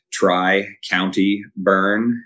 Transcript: tricountyburn